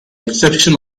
exception